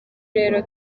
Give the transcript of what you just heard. rero